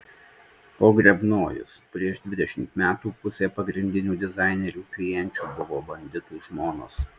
pogrebnojus prieš dvidešimt metų pusė pagrindinių dizainerių klienčių buvo banditų žmonos